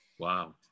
wow